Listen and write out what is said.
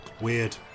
Weird